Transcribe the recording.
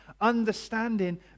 understanding